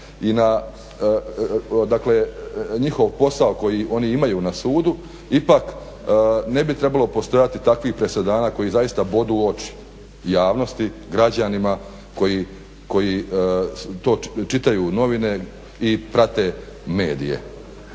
dakle njihov posao koji oni imaju na sudu ipak ne bi trebalo postojati takvih presedana koji zaista budu u oči javnosti, građanima koji, čitaju novine i prate medije.